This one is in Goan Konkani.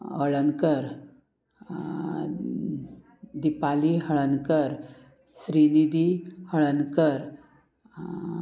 हळदणकर दिपाली हळदणकर श्रीनिधी हळदणकर